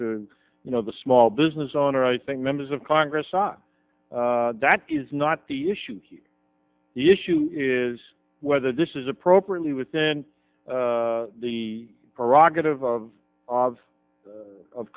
to you know the small business owner i think members of congress ah that is not the issue here the issue is whether this is appropriately within the prerogative of of of